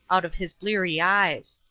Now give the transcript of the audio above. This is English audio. out of his bleary eyes.